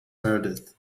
meredith